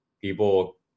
people